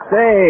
Say